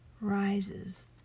rises